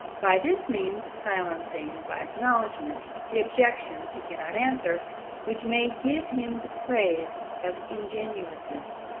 by this means, silencing by acknowledgment the objections he cannot answer which may give him the praise of ingenuousness,